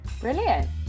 brilliant